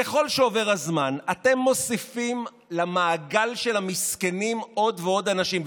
ככל שעובר הזמן אתם מוסיפים למעגל של המסכנים עוד ועוד אנשים.